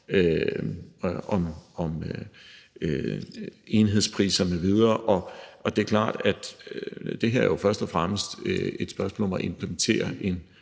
om enhedspriser m.v., og det er klart, at det her jo først og fremmest er et spørgsmål om at implementere et